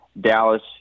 dallas